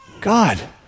God